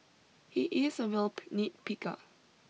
he is a real nitpicker